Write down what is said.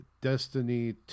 Destiny